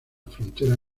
frontera